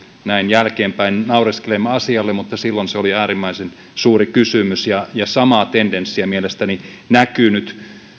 näin jälkeenpäin naureskelemme asialle mutta silloin se oli äärimmäisen suuri kysymys samaa tendenssiä mielestäni näkyy nyt